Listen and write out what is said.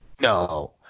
No